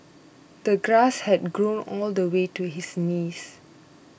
the grass had grown all the way to his knees